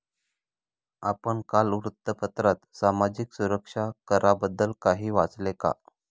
आपण काल वृत्तपत्रात सामाजिक सुरक्षा कराबद्दल काही वाचले का?